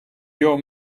your